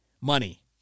Money